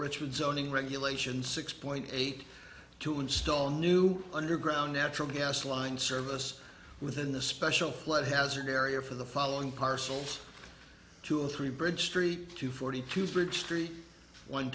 richwood zoning regulations six point eight two install new underground natural gas line service within the special flood hazard area for the following parcels two or three bridge street two forty two bridge three one